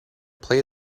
play